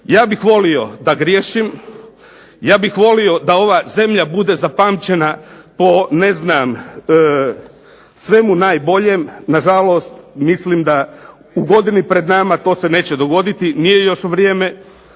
Ja bih volio da griješim, ja bih volio da ova zemlja bude zapamćena po svemu najboljem, nažalost mislim da u godini pred nama to se neće dogoditi, nije još vrijeme.